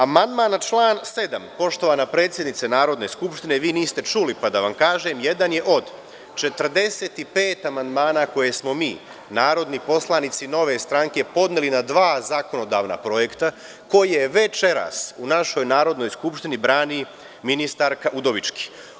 Amandman na član 7, poštovana predsednice Narodne skupštine, vi niste čuli pa da vam kažem, jedan je od 45 amandmana koje smo mi, narodni poslanici Nove stranke, podneli na dva zakonodavna projekta koje večeras u našoj Narodnoj skupštini brani ministarka Udovički.